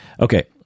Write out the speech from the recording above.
Okay